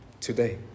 today